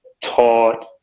taught